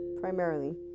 primarily